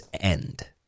End